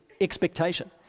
expectation